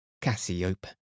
cassiope